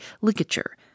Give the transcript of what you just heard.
ligature